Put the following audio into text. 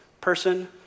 person